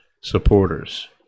supporters